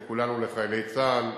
של כולנו לחיילי צה"ל.